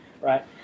right